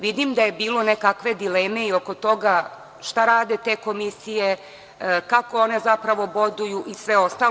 Vidim da je bilo nekakve dileme i oko toga šta rade te komisije, kako one zapravo boduju i sve ostalo.